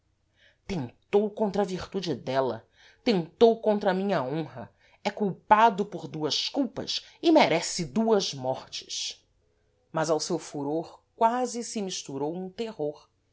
tentou contra a virtude dela tentou contra a minha honra é culpado por duas culpas e merece duas mortes mas ao seu furor quási se misturou um terror